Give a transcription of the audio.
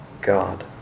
God